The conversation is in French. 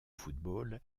football